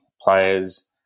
players